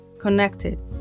connected